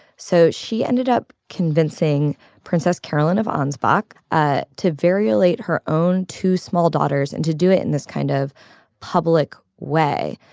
so she ended up convincing princess caroline of ansbach ah to variolate her own two small daughters and to do it in this kind of public way.